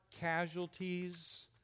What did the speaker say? casualties